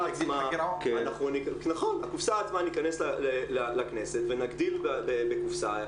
עצמה, ניכנס לכנסת ונגדיל את הקופסא.